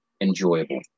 enjoyable